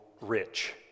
rich